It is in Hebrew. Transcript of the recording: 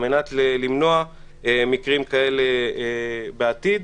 על מנת למנוע מקרים כאלה בעתיד.